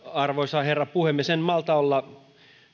arvoisa herra puhemies en malta olla